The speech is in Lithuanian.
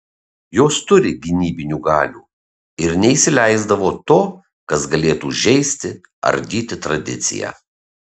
jos turi gynybinių galių ir neįsileisdavo to kas galėtų žeisti ardyti tradiciją